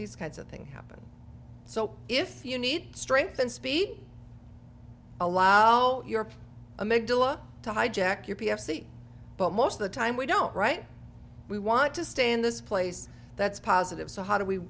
these kinds of thing happen so if you need strength and speed allow your amidala to hijack your p f c but most of the time we don't write we want to stay in this place that's positive so how do we